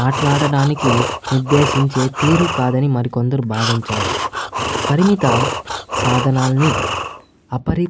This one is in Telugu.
మాట్లాడడానికి నిర్దేశించే తీరు కాదని మరికొందరు భావించారు పరిమిత సాధనాల్ని అపరి